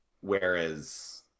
whereas